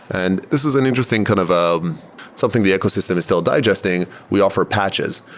and this is an interesting kind of ah something the ecosystem is still digesting. we offer patches.